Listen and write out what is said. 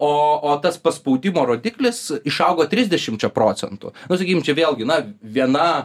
o o tas paspaudimo rodiklis išaugo trisdešimčia procentų nu sakykim čia vėlgi na viena